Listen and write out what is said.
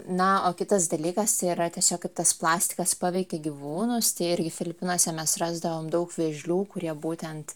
na o kitas dalykas yra tiesiog kad tas plastikas paveikia gyvūnus tai irgi filipinuose mes rasdavom daug vėžlių kurie būtent